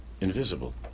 invisible